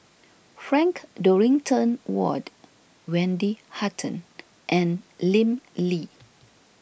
Frank Dorrington Ward Wendy Hutton and Lim Lee